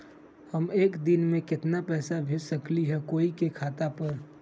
हम एक दिन में केतना पैसा भेज सकली ह कोई के खाता पर?